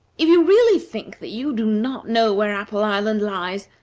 if you really think that you do not know where apple island lies,